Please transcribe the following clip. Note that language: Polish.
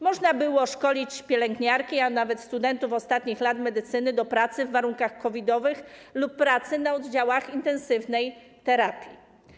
Można było szkolić pielęgniarki, a nawet studentów ostatnich lat medycyny do pracy w warunkach COVID-owych lub pracy na oddziałach intensywnej terapii.